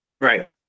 Right